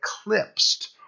eclipsed